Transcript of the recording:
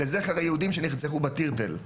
לזכר היהודים שנרצחו בתריתל.